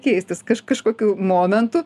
keistis kaž kažkokiu momentu